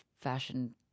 fashion